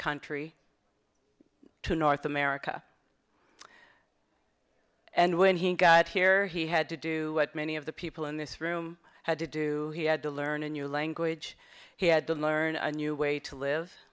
country to north america and when he got here he had to do what many of the people in this room had to do he had to learn a new language he had to learn a new way to live